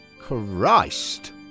Christ